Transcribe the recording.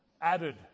Added